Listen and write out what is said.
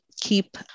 keep